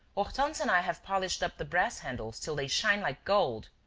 hortense and i have polished up the brass handles till they shine like gold.